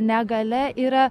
negalia yra